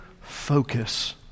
focus